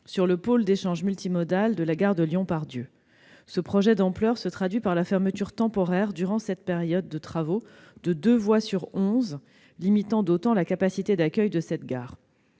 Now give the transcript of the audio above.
sur le pôle d'échanges multimodal de Lyon Part-Dieu. Ce projet d'ampleur se traduit par la fermeture temporaire, durant cette période de travaux, de deux voies sur onze, limitant d'autant la capacité d'accueil de cette gare.